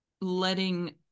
letting